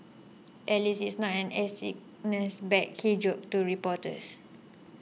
at least it's not an air sickness bag he joked to reporters